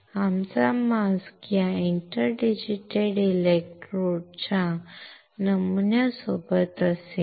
आमचा मास्क या interdigitated इलेक्ट्रोडच्या नमुन्यांसोबत असेल